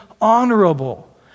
honorable